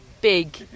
big